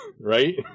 right